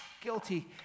guilty